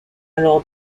alors